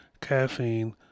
caffeine